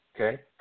Okay